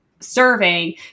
serving